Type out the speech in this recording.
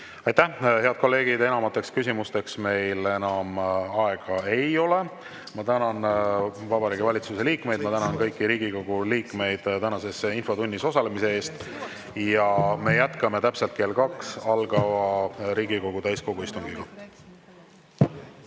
Aitäh! Head kolleegid, enamateks küsimusteks meil enam aega ei ole. Ma tänan Vabariigi Valitsuse liikmeid, ma tänan kõiki Riigikogu liikmeid tänases infotunnis osalemise eest, ja me jätkame täpselt kell kaks, kui algab Riigikogu täiskogu istung.